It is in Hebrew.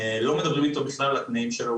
לא מדברים איתו בכלל על התנאים שלו.